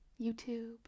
YouTube